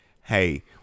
Hey